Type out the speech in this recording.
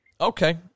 okay